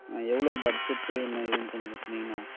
ஆ எவ்வளோ பட்ஜெட்டு என்ன ஏதுன்னு கொஞ்சம் சொன்னீங்கன்னா